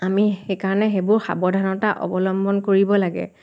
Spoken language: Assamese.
আমি সেইকাৰণে সেইবোৰ সাৱধানতা অৱলম্বন কৰিব লাগে